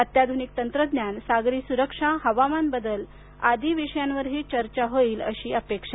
अत्याध्निक तंत्रज्ञान सागरी सुरक्षा हवामान बदल आदी विषयांवरही चर्चा होईल अशी अपेक्षा आहे